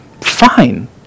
Fine